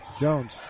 Jones